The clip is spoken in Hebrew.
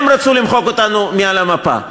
הם רצו למחוק אותנו מעל המפה.